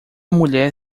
mulher